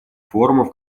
форумов